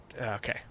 okay